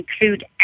include